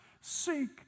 seek